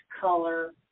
color